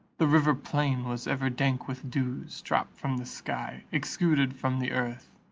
the river-plain was ever dank with dews, dropped from the sky, exuded from the earth,